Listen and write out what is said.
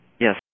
Yes